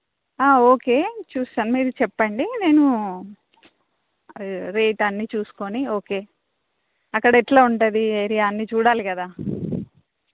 okay చూస్తాను మీరు చెప్పండి నేను రేట్ అన్నీ చూసుకుని ఓకే అక్కడెలా ఉంటుంది ఏరియా అన్నీ చూడాలి కదా